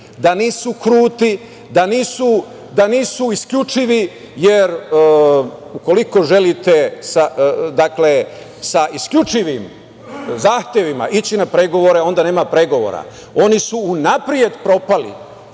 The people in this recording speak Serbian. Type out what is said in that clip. da nisu kruti, da nisu isključivi. Jer, ukoliko želite sa isključivim zahtevima ići na pregovore, onda nema pregovora. Oni su unapred propali.